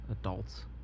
adults